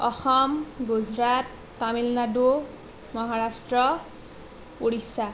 Assam Gujarat Tamil Nadu Maharashtra Orissa